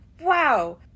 wow